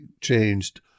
changed